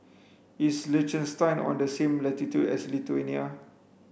is Liechtenstein on the same latitude as Lithuania